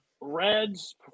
Red's